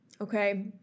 okay